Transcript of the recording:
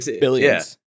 Billions